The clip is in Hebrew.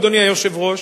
אדוני היושב-ראש,